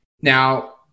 Now